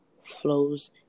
flows